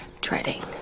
Dreading